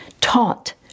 taught